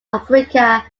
africa